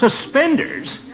Suspenders